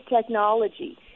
technology